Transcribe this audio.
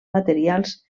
materials